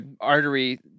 artery